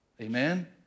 amen